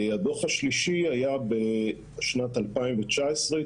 הדוח השלישי התפרסם בשנת 2019,